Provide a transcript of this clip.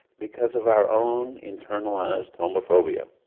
because of our own internalised homophobia,